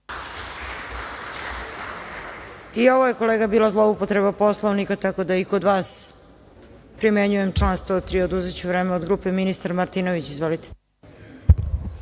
I ovo je, kolega, bila zloupotreba Poslovnika, tako da i kod vas primenjujem član 103. i oduzeću vreme od grupe. Reč ima ministar Martinović. Izvolite.